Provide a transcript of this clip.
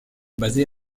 basée